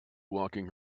walking